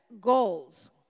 goals